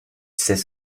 sait